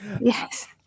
yes